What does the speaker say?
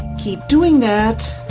keep doing that